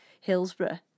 Hillsborough